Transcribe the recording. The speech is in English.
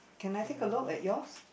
can I take a look at yours